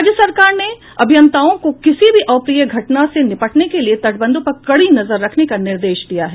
राज्य सरकार ने अभियंताओं को किसी भी अप्रिय घटना से निपटने के लिए तटबंधों पर कड़ी नजर रखने का निर्देश दिया है